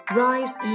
，rise